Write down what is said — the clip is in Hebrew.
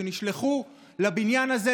שנשלחו לבניין הזה,